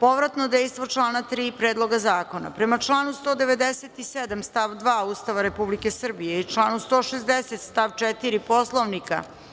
povratno dejstvo člana 3. Predloga zakona. Prema članu 197. stav 2. Ustava Republike Srbije i članu 160. stav 4. Poslovnika